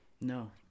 No